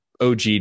OG